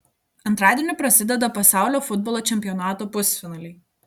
antradienį prasideda pasaulio futbolo čempionato pusfinaliai